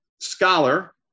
scholar